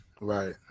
right